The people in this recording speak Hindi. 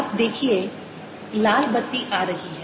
आप देखिए लाल बत्ती आ रही है